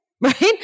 right